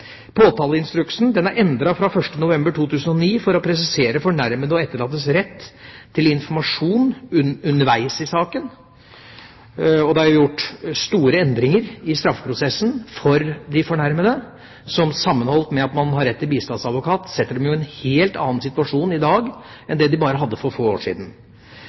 Påtaleinstruksen er endret fra 1. november 2009 for å presisere fornærmedes og etterlattes rett til informasjon underveis i saken, og det er gjort store endringer i straffeprosessen for de fornærmede, som sammenholdt med at man har rett til bistandsadvokat, setter dem i en helt annen situasjon i dag enn den de hadde for bare få år siden.